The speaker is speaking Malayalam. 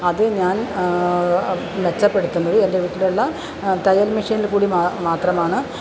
അതു ഞാൻ മെച്ചപ്പെടുത്തുന്നത് എൻ്റെ വീട്ടിലുള്ള തയ്യൽ മഷീനിൽ കൂടി മാത്രമാണ്